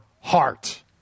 heart